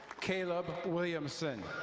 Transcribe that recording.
caleb williamson.